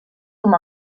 com